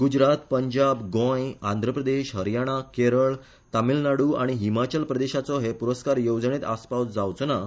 गुजरात पंजाब गोंय आंध्रप्रदेश हरयाणा केरळ तामीळनाडु आनी हिमाचल प्रदेशाचो हे प्रस्कार येवजणेंत आसपाव जावचो ना